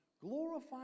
Glorify